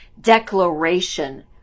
declaration